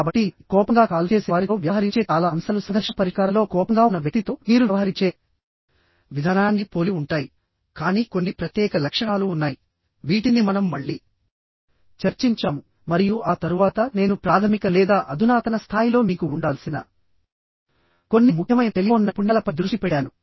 కాబట్టి కోపంగా కాల్ చేసేవారితో వ్యవహరించే చాలా అంశాలు సంఘర్షణ పరిష్కారంలో కోపంగా ఉన్న వ్యక్తితో మీరు వ్యవహరించే విధానాన్ని పోలి ఉంటాయి కానీ కొన్ని ప్రత్యేక లక్షణాలు ఉన్నాయి వీటిని మనం మళ్ళీ చర్చించాము మరియు ఆ తరువాత నేను ప్రాథమిక లేదా అధునాతన స్థాయిలో మీకు ఉండాల్సిన కొన్ని ముఖ్యమైన టెలిఫోన్ నైపుణ్యాలపై దృష్టి పెట్టాను